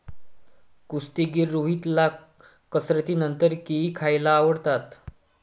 कुस्तीगीर रोहितला कसरतीनंतर केळी खायला आवडतात